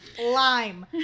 Lime